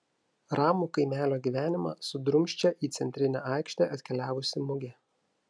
ramų kaimelio gyvenimą sudrumsčia į centrinę aikštę atkeliavusi mugė